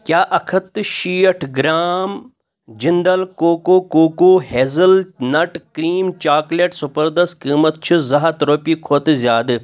کیٛاہ اکھ ہَتھ تہٕ شیٹھ gram Jindal cocoa cocoa hazelnut cream chocolate spreads قۭمتھ چھِ زٕ ہَتھ رۄپٮ۪و کھۄتہٕ زِیادٕ